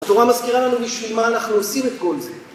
התורה מזכירה לנו בשביל מה אנחנו עושים את כל זה.